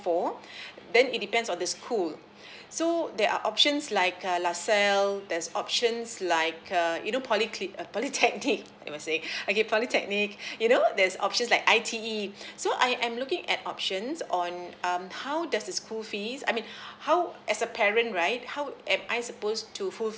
for then it depends on the school so there are options like uh la salle there's options like uh you know polycli~ uh polytechnic I will say okay polytechnic you know there's options like I_T_E so I am looking at options on um how does the school fees I mean how as a parent right how am I suppose to fulfill